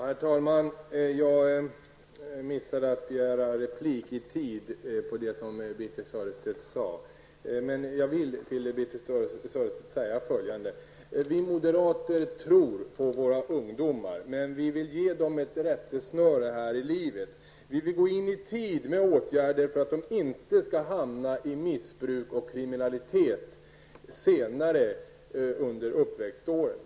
Herr talman! Jag missade att i tid begära replik på det Birthe Sörestedt sade, men jag vill till Birthe Sörestedt säga följande. Vi moderater tror på våra ungdomar, men vi vill ge dem ett rättesnöre här i livet. Vi vill gå in med åtgärder i tid för att de inte skall hamna i missbruk och kriminalitet senare under uppväxtåren.